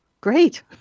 great